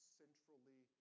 centrally